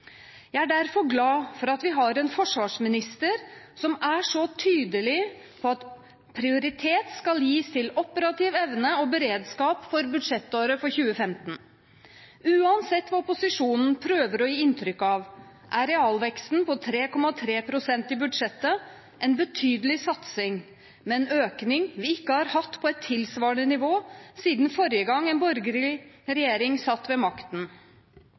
Jeg er derfor glad for at vi har en forsvarsminister som er så tydelig på at prioritet skal gis operativ evne og beredskap for budsjettåret 2015. Uansett hva opposisjonen prøver å gi inntrykk av, er realveksten på 3,3 pst. i budsjettet en betydelig satsing, med en økning vi ikke har hatt på et tilsvarende nivå siden forrige gang en borgerlig regjering satt med makten.